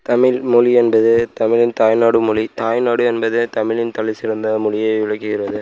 தமிழ்மொழி என்பது தமிழின் தாய்நாடு மொழி தாய்நாடு என்பது தமிழின் தலைசிறந்த மொழியை விளக்குகிறது